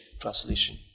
translation